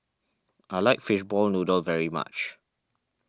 I like Fishball Noodle very much